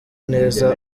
neza